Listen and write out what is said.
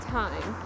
time